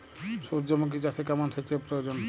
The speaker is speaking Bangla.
সূর্যমুখি চাষে কেমন সেচের প্রয়োজন?